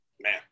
Man